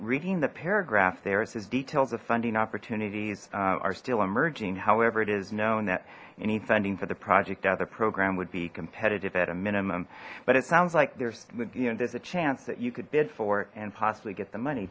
reading the paragraph there it says details of funding opportunities are still emerging however it is known that any funding for the project either program would be competitive at a minimum but it sounds like there's you know there's a chance that you could bid for and possibly get the money